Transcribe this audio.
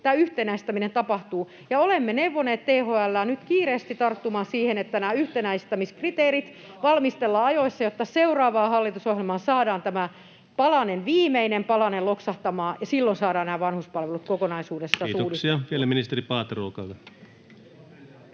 tämä yhtenäistäminen tapahtuu. Olemme neuvoneet THL:ää nyt kiireesti tarttumaan siihen, että nämä yhtenäistämiskriteerit valmistellaan ajoissa, jotta seuraavaan hallitusohjelmaan saadaan tämä viimeinen palanen loksahtamaan ja silloin saadaan nämä vanhuspalvelut kokonaisuudessaan uudistettua. [Speech 63] Speaker: Ensimmäinen